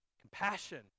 compassion